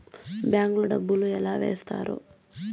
bank లో డబ్బులు ఎలా వేస్తారు